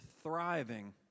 thriving